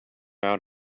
out